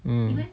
mm